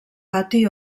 pati